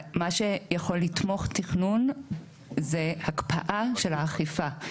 מה שיכול לתמוך תכנון זה הקפאה של האכיפה,